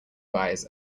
guys